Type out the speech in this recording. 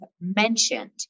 mentioned